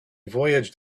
voyaged